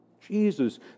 Jesus